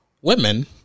Women